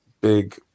big